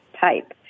type